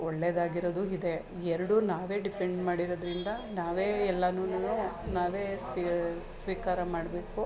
ಒಳ್ಳೆಯದಾಗಿರೋದು ಇದೆ ಎರಡೂ ನಾವೇ ಡಿಪೆಂಡ್ ಮಾಡಿರೋದರಿಂದ ನಾವೇ ಎಲ್ಲನೂ ನಾವೇ ಸ್ವೀಕಾರ ಮಾಡಬೇಕು